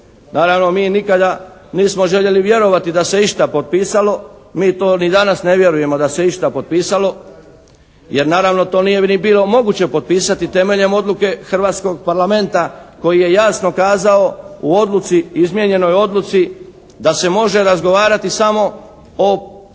Naravno mi nikada nismo željeli vjerovati da se išta potpisalo. Mi to ni danas ne vjerujemo da se išta potpisalo jer naravno to nije ni bilo moguće potpisati temeljem odluke Hrvatskog parlamenta koji je jasno kazao u odluci, izmijenjenoj odluci da se može razgovarati samo o ugovorima